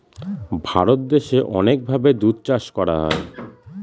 ভারত দেশে অনেক ভাবে দুধ চাষ করা হয়